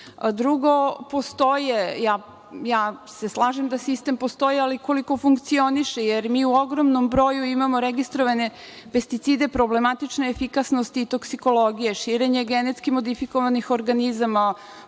Srbije. Drugo, postoje, ja se slažem da sistem postoji, ali koliko funkcioniše? Mi u ogromnom broju imamo registrovane pesticide, problematične efikasnosti i toksikologije, širenje genetski modifikovanih organizama,